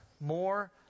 more